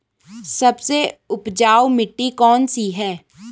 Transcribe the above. सबसे उपजाऊ मिट्टी कौन सी है?